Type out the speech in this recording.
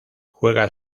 juega